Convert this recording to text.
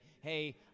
hey